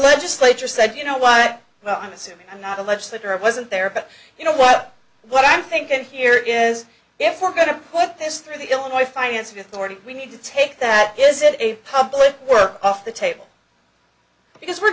legislature said you know what i'm assuming i'm not a legislator i wasn't there but you know what what i'm thinking here is if we're going to put this through the illinois financing authority we need to take that is a public work off the table because we're